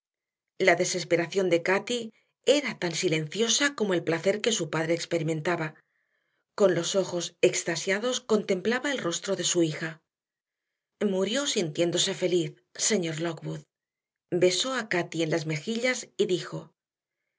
la desesperación de cati era tan silenciosa como el placer que su padre experimentaba con los ojos extasiados contemplaba el rostro de su hija murió sintiéndose feliz señor lockwood besó a cati en las mejillas y dijo